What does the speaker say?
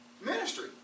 ministry